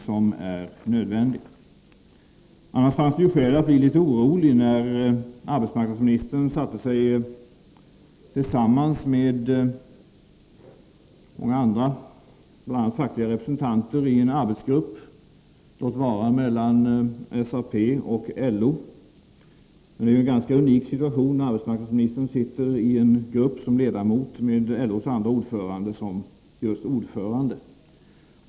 Det fanns annars skäl att bli litet orolig när arbetsmarknadsministern satte sig i en arbetsgrupp med representanter för SAP och LO-förbund. Det är unikt att en arbetsmarknadsminister sitter med som ledamot i en arbetsgrupp där LO:s andre ordförande är ordförande.